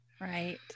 Right